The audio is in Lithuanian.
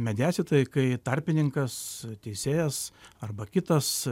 mediacija tai kai tarpininkas teisėjas arba kitas